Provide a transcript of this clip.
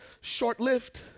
Short-lived